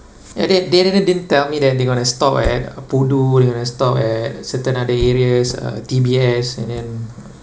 ya they they didn't didn't tell me that they gonna stop at a they gonna stop at certain other areas uh D_B_S and then